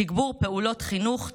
תגבור פעולות חינוך,